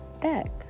back